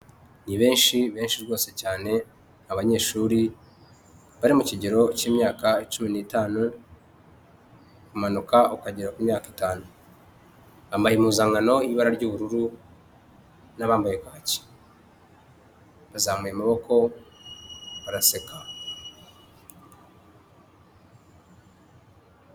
Ni benshi benshi rwose cyane, abanyeshuri bari mu kigero cy'imyaka cumi n'itanu, kumanuka ukagera ku myaka itanu bambaye impuzankano ibara ry'ubururu n' abambaye kacye bazamuye amaboko baraseka.